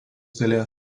galėjo